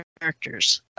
characters